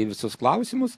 į visus klausimus